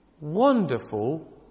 wonderful